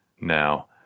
Now